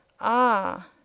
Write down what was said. Ah